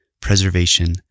preservation